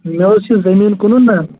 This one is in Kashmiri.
مےٚ حظ چھِ زٔمیٖن کٕنُن نہ